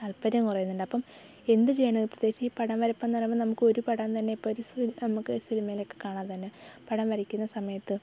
താല്പര്യം കുറയുന്നുണ്ട് അപ്പം എന്തു ചെയ്യണം പ്രത്യേകിച്ച് ഈ പടം വരപ്പെന്ന് പറയുമ്പോൾ നമുക്കൊരു പടം തന്നെ പരിശീലിക്കാം നമുക്ക് ഈ സിനിമയിലൊക്കെ കാണാതെ തന്നെ പടം വരയ്ക്കുന്ന സമയത്ത്